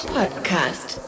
Podcast